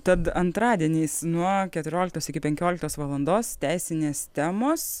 tad antradieniais nuo keturioliktos iki penkioliktos valandos teisinės temos